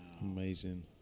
Amazing